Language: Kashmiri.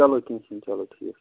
چلو کیٚنٛہہ چھُنہٕ چلو ٹھیٖک چھُ